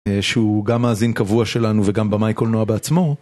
שהוא גם מאזין קבוע שלנו וגם במאי קולנוע בעצמו